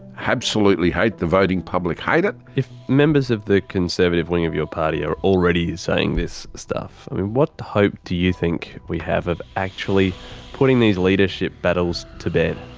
absolutely hate, the voting public hate it. if members of the conservative wing of your party are already saying this stuff, i mean what hope do you think we have of actually putting these leadership battles to bed?